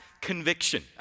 conviction